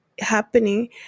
happening